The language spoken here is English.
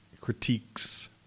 critiques